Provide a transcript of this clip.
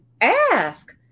ask